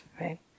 right